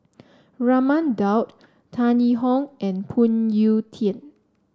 Raman Daud Tan Yee Hong and Phoon Yew Tien